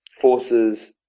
forces